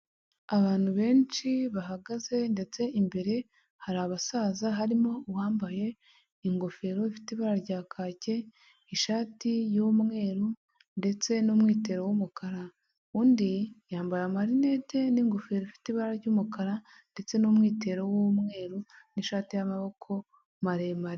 Abantu benshi bahagaze ndetse imbere hari abasaza, harimo uwambaye ingofero ifite ibara rya kake, ishati y'umweru ndetse n'umwitero w'umukara, undi yambaye amarinete n'ingofero ifite ibara ry'umukara ndetse n'umwitero w'umweru n'ishati y'amaboko maremare.